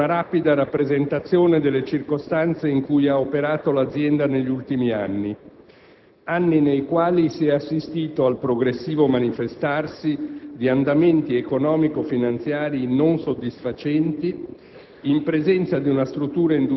non si può prescindere da una rapida rappresentazione delle circostanze in cui ha operato l'azienda negli ultimi anni, anni nei quali si è assistito al progressivo manifestarsi di andamenti economico-finanziari non soddisfacenti,